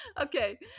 Okay